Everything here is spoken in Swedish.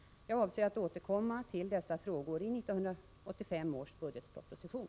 Jag avser att återkomma till dessa frågor i 1985 års budgetproposition.